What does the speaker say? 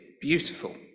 beautiful